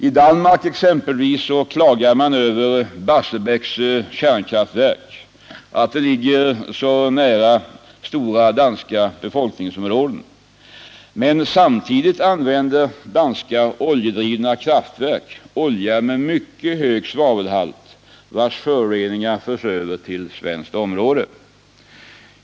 I Danmark klagar man exempelvis över att Barsebäcks kärnkraftverk ligger så nära stora danska befolkningsområden, men samtidigt använder danska oljedrivna kraftverk olja med mycket hög svavelhalt, vars föroreningar förs över till svenskt område.